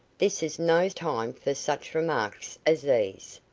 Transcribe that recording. this is no time for such remarks as these,